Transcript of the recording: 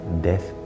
death